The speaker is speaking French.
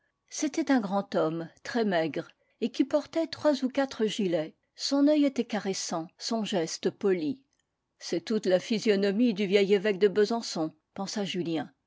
c'était un grand homme très maigre et qui portait trois ou quatre gilets son oeil était caressant son geste poli c'est toute la physionomie du vieil évêque de besançon pensa julien